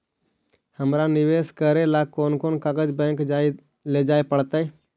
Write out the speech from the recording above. हमरा निवेश करे ल कोन कोन कागज बैक लेजाइ पड़तै?